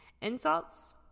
insults